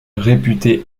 réputée